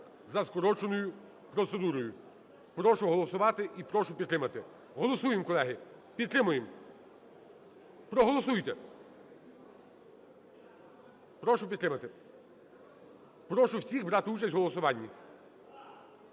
за скороченою процедурою. Прошу голосувати і прошу підтримати. Голосуємо, колеги, підтримаємо! Проголосуйте! Прошу підтримати, прошу всіх брати участь в голосуванні.